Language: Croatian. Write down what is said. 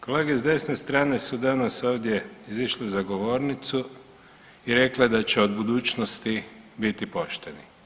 Kolege s desne strane su danas ovdje izišli za govornicu i rekli da će od budućnosti biti pošteni.